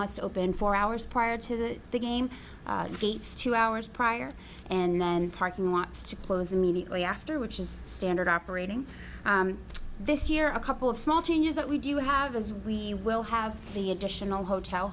lots open four hours prior to the game feats two hours prior and then parking lots to close immediately after which is standard operating this year a couple of small changes that we do have as we will have the additional hotel